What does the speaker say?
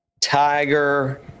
Tiger